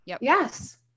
Yes